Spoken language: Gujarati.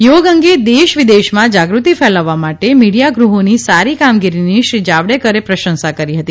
યોગ અંગે દેશવિદેશમાં જાગૃતિ ફેલાવવા માટે મીડીયા ગૃહ્ળેની સારી કામગીરીની શ્રી જાવડેકરે પ્રશંસા કરી હતી